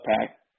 pack